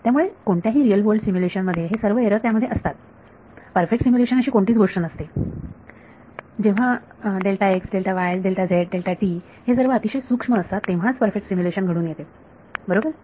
त्यामुळे कोणत्याही real world simulation मध्ये हे सर्व एरर त्यामध्ये असतात परफेक्ट सिम्युलेशन अशी कोणतीच गोष्ट नसते जेव्हा हे सर्व अतिशय सूक्ष्म असतात तेव्हाच परफेक्ट सिम्युलेशन घडून येते बरोबर